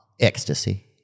ecstasy